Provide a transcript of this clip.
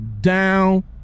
down